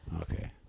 okay